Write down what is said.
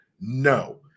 No